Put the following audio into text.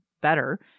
better